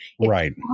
Right